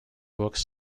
books